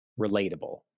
relatable